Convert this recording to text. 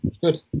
good